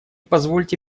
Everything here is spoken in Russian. позвольте